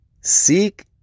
Seek